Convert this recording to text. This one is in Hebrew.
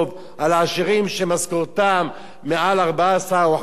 על העשירים שמשכורתם מעל 14,000 או 15,000 שקלים,